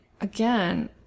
again